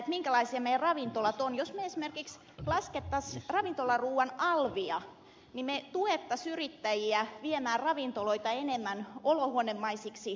jos me esimerkiksi laskisimme ravintolaruuan alvia niin me tukisimme yrittäjiä viemään ravintoloita enemmän olohuonemaisiksi ruokaravintoloiksi